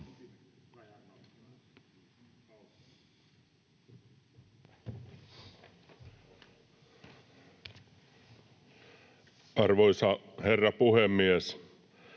Arvoisa herra puhemies!